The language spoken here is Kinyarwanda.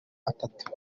atatu